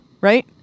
right